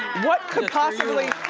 what could possibly,